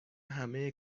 همه